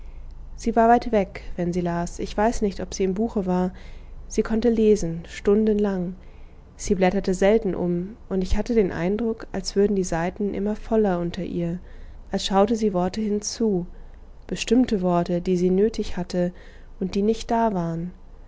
sie war weit weg wenn sie las ich weiß nicht ob sie im buche war sie konnte lesen stundenlang sie blätterte selten um und ich hatte den eindruck als würden die seiten immer voller unter ihr als schaute sie worte hinzu bestimmte worte die sie nötig hatte und die nicht da waren